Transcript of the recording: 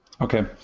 Okay